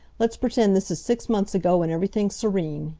let's pretend this is six months ago, and everything's serene.